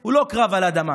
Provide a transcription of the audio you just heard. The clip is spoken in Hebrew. הוא לא קרב על אדמה